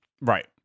Right